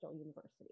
university